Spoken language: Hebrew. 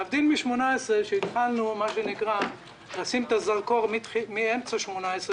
להבדיל מ-2018 שאז התחלנו לשים את הזרקור מאמצע 2018,